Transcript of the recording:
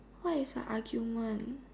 what is a argument